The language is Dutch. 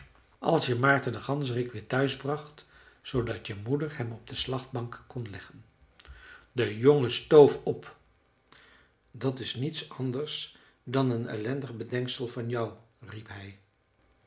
als je maarten den ganzerik weer thuis bracht zoodat je moeder hem op de slachtbank kon leggen de jongen stoof op dat is niets anders dan een ellendig bedenksel van jou riep hij